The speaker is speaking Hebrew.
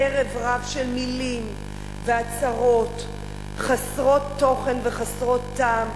ערב רב של מלים והצהרות חסרות תוכן וחסרות טעם,